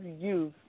youth